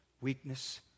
weakness